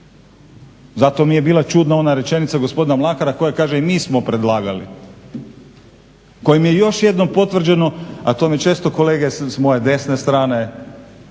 Zato mi je bila čudna ona rečenica gospodina Mlakara koja kaže mi smo predlagali, kojom je još jednom potvrđeno, a to mi često kolege s moje desne strane